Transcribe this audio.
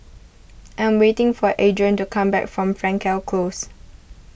I am waiting for Adron to come back from Frankel Close